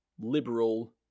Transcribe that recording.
liberal